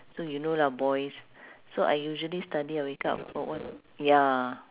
so you know lah boys so I usually study I wake up for ya